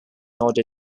order